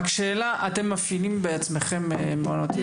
שאלה: אתם מפעילים בעצמכם מעונות יום?